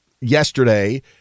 yesterday